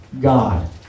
god